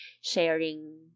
sharing